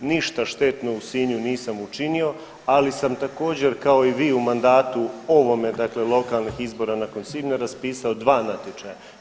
Ništa štetno u Sinju nisam učinio, ali sam također kao i vi u mandatu ovome dakle lokalnih izbora nakon svibnja raspisao 2 natječaja.